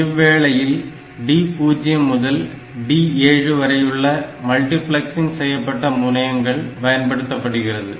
இவ்வேளையில் D0 முதல் D7 வரையுள்ள மல்டிபிளக்ஸிங் செய்யப்பட்ட முனையங்கள் பயன்படுத்தப்படுகிறது